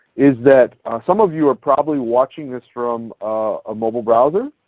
is that some of you are probably watching this from a mobile browser.